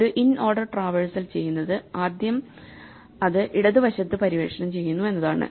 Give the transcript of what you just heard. ഒരു in order traversal ചെയ്യുന്നത് അത് ആദ്യം ഇടത് വശത്ത് പര്യവേക്ഷണം ചെയ്യുന്നു എന്നതാണ്